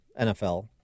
NFL